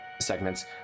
segments